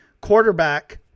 quarterback